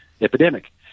epidemic